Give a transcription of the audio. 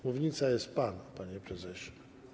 Mównica jest pana, panie prezesie.